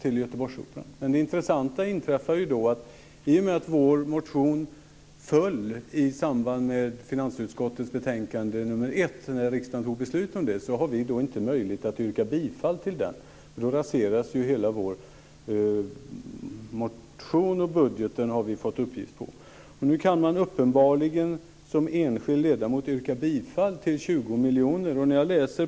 Då inträffar dock det intressanta att i och med den behandling av vår motion som skedde i samband med finansutskottets betänkande nr 1 har vi inte möjlighet att yrka bifall till den. Vi har fått uppgift om att hela vår motion och dess budgetkrav därmed har fallit. Man kan uppenbarligen som enskild ledamot yrka bifall till ett anslag om 20 miljoner kronor.